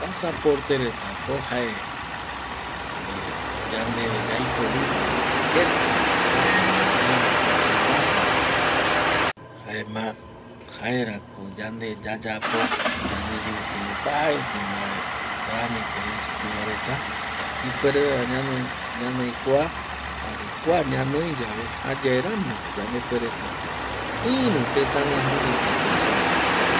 Pasaporte retako jae yandeve yaiporu jaeko keti yajata yae iru tëta guaju rupi jaema jaerako yande yayapo yandeyeipe opaete mbae tramite jei supeva reta ipuere vaera ñanoi kua jare kua ñanoi yave jayae ramoko yandepuereta iru tëtaguaju reta tuisava koti yaja